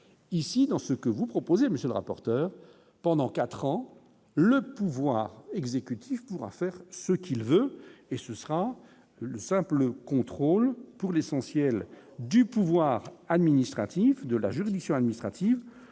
ici, dans ce que vous proposez, monsieur le rapporteur, pendant 4 ans, le pouvoir exécutif pourra faire ce qu'il veut et ce sera le simple contrôle pour l'essentiel du pouvoir administratif de la juridiction administrative,